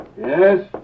Yes